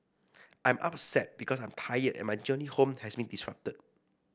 I'm upset because I'm tired and my journey home has been disrupted